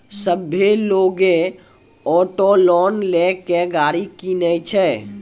सभ्भे लोगै auto loan लेय के गाड़ी किनै छै